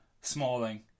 Smalling